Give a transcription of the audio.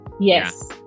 yes